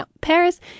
Paris